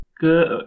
good